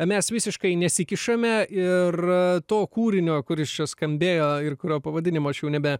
mes visiškai nesikišame ir to kūrinio kuris čia skambėjo ir kurio pavadinimo aš jau nebe